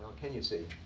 can you see?